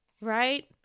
right